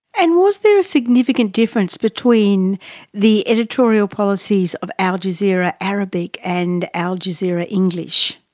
and was there a significant difference between the editorial policies of al jazeera arabic and al jazeera english?